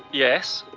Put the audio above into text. yes.